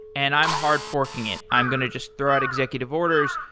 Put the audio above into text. and i'm hard-forking it. i'm going to just throw out executive orders.